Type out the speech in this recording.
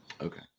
Okay